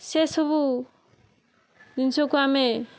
ସେ ସବୁ ଜିନିଷକୁ ଆମେ